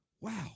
Wow